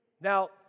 Now